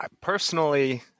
Personally